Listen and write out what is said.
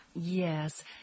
Yes